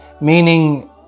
meaning